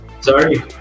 sorry